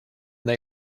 they